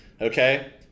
okay